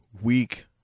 week